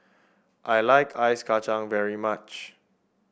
I like Ice Kacang very much